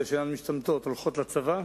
הולכות לצבא,